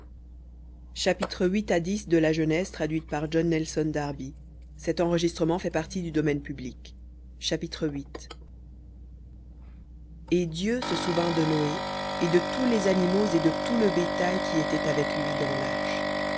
chapitre et dieu se souvint de noé et de tous les animaux et de tout le bétail qui étaient avec lui dans l'arche